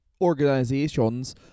organizations